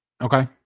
Okay